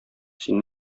син